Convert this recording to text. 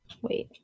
Wait